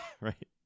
right